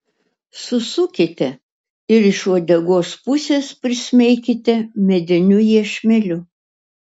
susukite ir iš uodegos pusės prismeikite mediniu iešmeliu